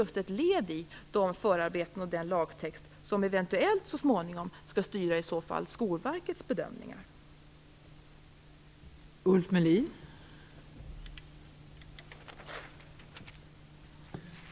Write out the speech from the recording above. Detta är ett led i de förarbeten och den lagtext som eventuellt skall styra Skolverkets bedömningar så småningom.